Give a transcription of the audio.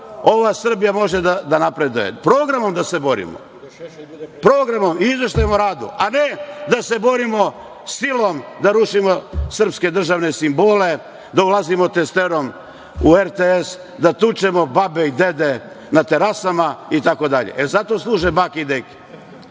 ova Srbija može da napreduje. Programom da se borimo. Programom, izveštajima o radu, a ne da se borimo silom, da rušimo srpske državne simbole, da ulazimo testerom u RTS, da tučemo babe i dede na terasama itd. Jel za to služe bake i deke?